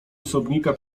osobnika